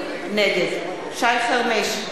נגד שי חרמש,